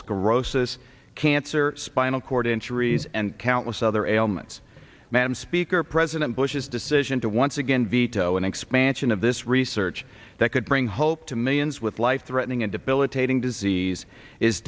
sclerosis cancer spinal cord injuries and countless other ailments madam speaker president bush's decision to once again veto an expansion of this research that could bring hope to millions with life threatening and debilitating disease is